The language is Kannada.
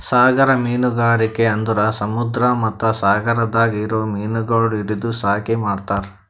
ಸಾಗರ ಮೀನುಗಾರಿಕೆ ಅಂದುರ್ ಸಮುದ್ರ ಮತ್ತ ಸಾಗರದಾಗ್ ಇರೊ ಮೀನಗೊಳ್ ಹಿಡಿದು ಸಾಕಿ ಮಾರ್ತಾರ್